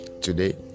today